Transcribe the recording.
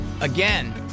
Again